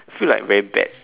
feel like very bad